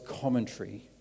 commentary